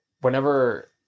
whenever